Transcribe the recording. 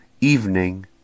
Evening